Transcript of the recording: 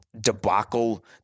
debacle